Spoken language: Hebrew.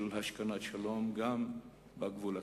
של השכנת שלום, גם בגבול הצפוני.